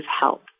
help